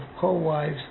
co-wives